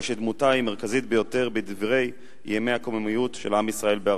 הרי שדמותה היא מרכזית ביותר בדברי ימי הקוממיות של עם ישראל בארצו.